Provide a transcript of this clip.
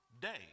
day